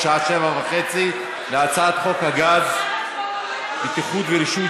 בשעה 19:30. הצעת חוק הגז (בטיחות ורישוי)